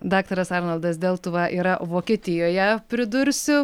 daktaras arnoldas deltuva yra vokietijoje pridursiu